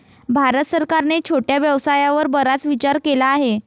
भारत सरकारने छोट्या व्यवसायावर बराच विचार केला आहे